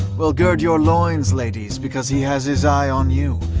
well, gird your loins, ladies, because he has his eye on you.